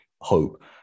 hope